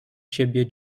ciebie